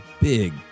big